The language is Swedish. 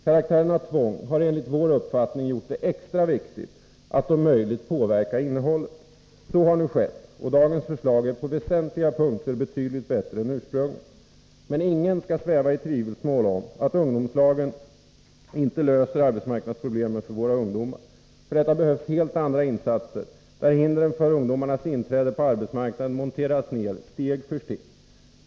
Karaktären av tvång har enligt vår uppfattning gjort det extra viktigt att om möjligt påverka innehållet. Så har nu skett, och dagens förslag är på väsentliga punkter betydligt bättre än ursprungsförslaget. Men ingen skall sväva i tvivelsmål om att ungdomslagen inte löser arbetsmarknadsproblemen för våra ungdomar. För detta behövs helt andra insatser, där hindren för ungdomarnas inträde på arbetsmarknaden monteras ned steg för steg.